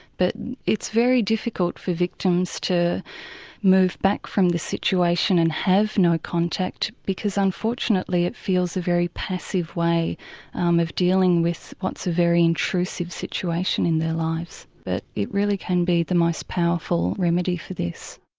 but it's very difficult for victims victims to move back from the situation and have no contact because unfortunately it feels a very passive way um of dealing with what's a very intrusive situation in their lives. but it really can be the most powerful remedy for this.